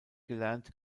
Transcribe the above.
gelernt